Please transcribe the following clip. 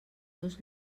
dos